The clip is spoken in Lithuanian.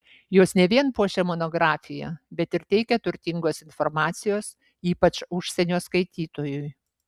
jos ne vien puošia monografiją bet ir teikia turtingos informacijos ypač užsienio skaitytojui